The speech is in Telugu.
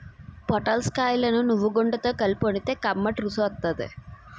పొటల్స్ కాయలను నువ్వుగుండతో కలిపి వండితే కమ్మటి రుసి వత్తాది